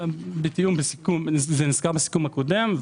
זה נסגר בסיכום הקודם.